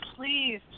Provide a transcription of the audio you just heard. please